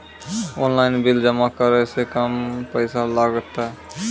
Online bill जमा करै से कम पैसा लागतै?